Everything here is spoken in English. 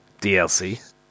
DLC